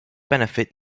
benefit